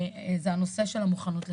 המוכנות לחירום.